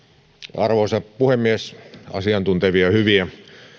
arvoisa puhemies asiantuntevia hyviä